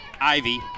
Ivy